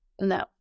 No